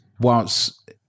whilst